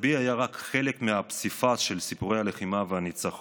סבי היה רק חלק מהפסיפס של סיפורי הלחימה והניצחון,